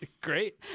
Great